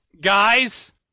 Guys